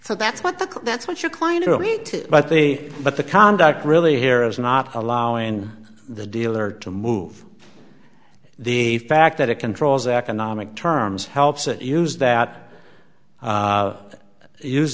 so that's what the that's what your client but the but the conduct really here is not allowing the dealer to move the fact that it controls economic terms helps it use that